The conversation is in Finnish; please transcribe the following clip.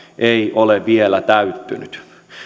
ei ole vielä täyttynyt